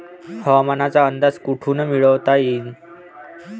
हवामानाचा अंदाज कोठून मिळवता येईन?